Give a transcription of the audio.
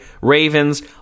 Ravens